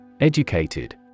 Educated